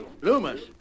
Loomis